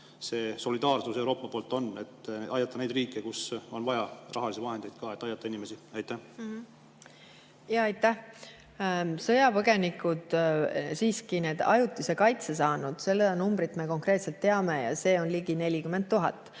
see solidaarsus Euroopa poolt on, et aidata neid riike, kel on vaja rahalisi vahendeid, et aidata inimesi? Aitäh! Sõjapõgenike, nende ajutise kaitse saanute numbrit me konkreetselt teame ja see on ligi 40 000.